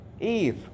Eve